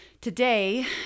Today